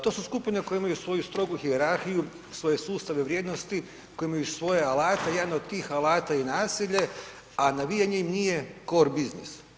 To su skupine koje imaju svoju strogu hijerarhiju, svoje sustave vrijednosti, koje imaju svoje alate i jedan od tih alata je nasilje, a navijanje im nije kor busines.